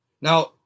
Now